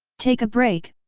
take a break,